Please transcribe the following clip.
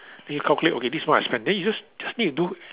then you calculate okay this month I spend then you just need to do